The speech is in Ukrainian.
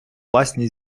власні